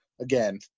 again